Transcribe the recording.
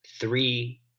three